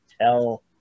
tell